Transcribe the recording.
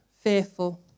fearful